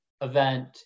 event